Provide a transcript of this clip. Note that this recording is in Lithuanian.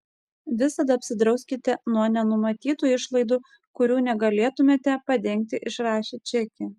visada apsidrauskite nuo nenumatytų išlaidų kurių negalėtumėte padengti išrašę čekį